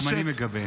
גם אני מגבה.